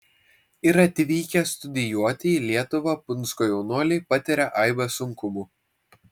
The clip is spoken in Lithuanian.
ir atvykę studijuoti į lietuvą punsko jaunuoliai patiria aibes sunkumų